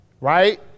Right